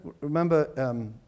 remember